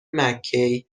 مککی